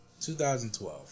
2012